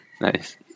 nice